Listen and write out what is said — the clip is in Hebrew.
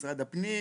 משרד הפנים,